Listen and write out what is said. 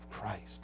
Christ